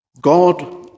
God